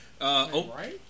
Right